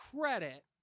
credit